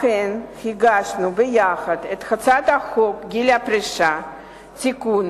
לכן הגשנו ביחד את הצעת החוק גיל פרישה (תיקון,